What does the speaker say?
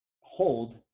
hold